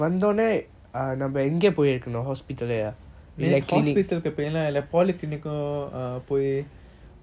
hospital இப்போல்லாம்:ipolam polyclinic பொய்யே:poiye err apply பண்ணலாம்:panalam